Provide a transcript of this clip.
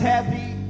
happy